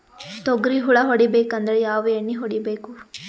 ತೊಗ್ರಿ ಹುಳ ಹೊಡಿಬೇಕಂದ್ರ ಯಾವ್ ಎಣ್ಣಿ ಹೊಡಿಬೇಕು?